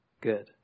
good